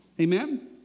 Amen